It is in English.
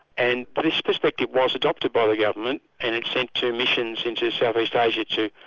and this perspective was adopted by the government and extended to missions into south east asia to